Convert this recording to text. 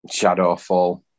Shadowfall